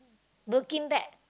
birkin bag